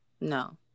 no